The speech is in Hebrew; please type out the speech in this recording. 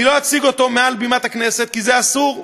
אני לא אציג אותו מעל בימת הכנסת כי זה אסור,